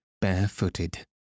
barefooted